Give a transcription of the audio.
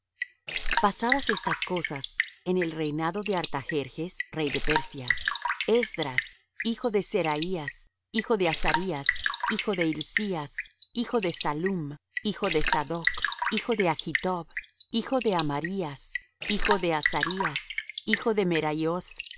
pasadas estas cosas en el reinado de artajerjes rey de persia esdras hijo de seraías hijo de azarías hijo de hilcías hijo de sallum hijo de sadoc hijo de achtob hijo de amarías hijo de azarías hijo de